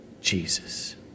Jesus